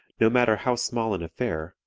no matter how small an affair,